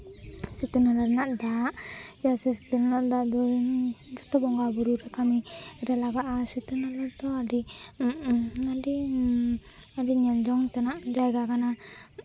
ᱥᱤᱛᱟᱹ ᱱᱟᱞᱟ ᱨᱮᱱᱟᱜ ᱫᱟᱜ ᱪᱮᱫᱟᱜ ᱥᱮ ᱥᱤᱛᱟᱹ ᱱᱟᱞᱟ ᱨᱮᱱᱟᱜ ᱫᱟᱜ ᱫᱚ ᱡᱚᱛᱚ ᱵᱚᱸᱜᱟᱼᱵᱩᱨᱩ ᱨᱮ ᱠᱟᱹᱢᱤᱨᱮ ᱞᱟᱜᱟᱜᱼᱟ ᱥᱤᱛᱟᱹᱱᱟᱞᱟ ᱫᱚ ᱟᱹᱰᱤ ᱟᱹᱰᱤ ᱟᱹᱰᱤ ᱧᱮᱞ ᱡᱚᱝ ᱛᱮᱱᱟᱜ ᱡᱟᱭᱜᱟ ᱠᱟᱱᱟ